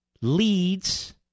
leads